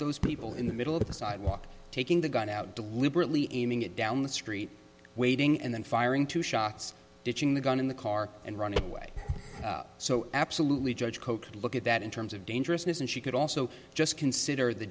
those people in the middle of the sidewalk taking the gun out deliberately aiming it down the street waving and then firing two shots ditching the gun in the car and running away so absolutely judge poe could look at that in terms of dangerousness and she could also just consider the